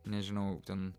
nežinau ten